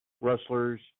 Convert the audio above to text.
wrestlers